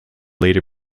later